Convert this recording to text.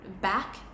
back